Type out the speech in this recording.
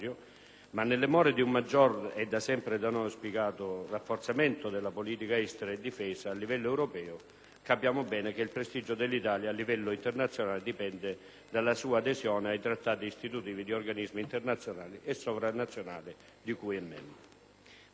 capiamo bene che il prestigio dell'Italia a livello internazionale dipende dalla sua adesione ai Trattati istitutivi di organismi internazionali o sopranazionali di cui è membro. Per questi motivi, colleghi, sarebbe molto difficile sostenere tesi o comunque argomentare contro l'utilità di dette missioni.